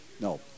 no